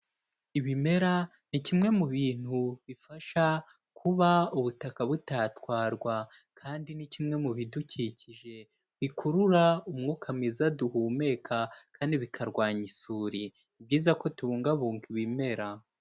Ibimera ni kimwe mu bintu bifasha kuba ubutaka butatwarwa kandi ni kimwe mu bidukikije bikurura umwuka mwiza duhumeka kandi bikarwanya isuri. Ni byiza ko tubungabunga ibimera.